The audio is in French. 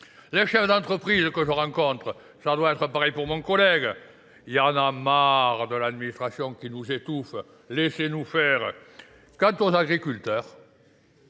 Les chefs d'entreprise que je rencontre, ça doit être pareil pour mon collègue. Il y en a marre de l'administration qui nous étouffe, laissez-nous faire. Quant aux agriculteurs,